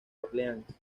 orleans